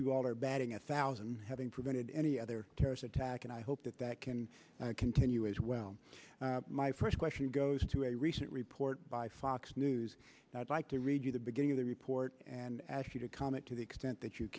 you all are batting a thousand having prevented any other terrorist attack and i hope that that can continue as well my first question goes to a recent report by fox news now i'd like to read you the beginning of the report and ask you to comment to the extent that you